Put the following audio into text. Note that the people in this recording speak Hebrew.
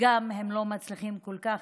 הם גם לא מצליחים כל כך,